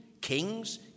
kings